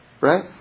Right